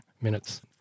minutes